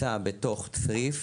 נמצא בתוך צריף